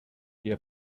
der